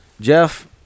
Jeff